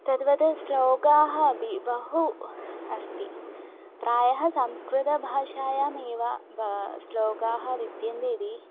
तद्वत् श्लोकाः अपि बहु अस्ति प्रायः संस्कृतभाषायामेव ब श्लोकाः विद्यन्ते इति